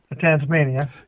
Tasmania